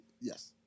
Yes